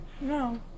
No